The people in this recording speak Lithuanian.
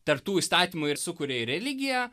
tarp tų įstatymų ir sūkuria ir religiją